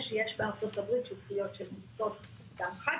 יש בארצות הברית שותפויות שממוסות גם חד